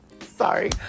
Sorry